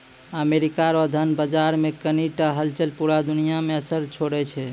America रो धन बाजार मे कनी टा हलचल पूरा दुनिया मे असर छोड़ै छै